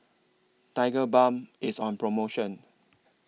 Tigerbalm IS on promotion